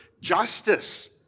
justice